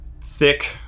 thick